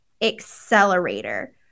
accelerator